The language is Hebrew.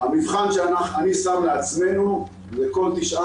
המבחן שאני שם לעצמנו הוא שעל כל תשעה